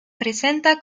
presenta